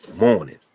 morning